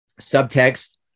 subtext